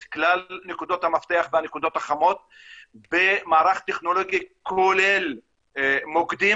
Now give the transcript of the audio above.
את כלל נקודות המפתח והנקודות החמות במערך טכנולוגי כולל מוקדים